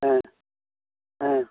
ஆ ஆ